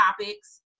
topics